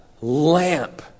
lamp